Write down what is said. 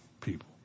people